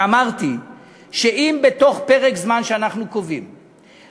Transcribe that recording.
ואמרתי שאם בתוך פרק זמן שאנחנו קובעים